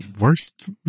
worst